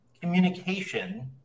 communication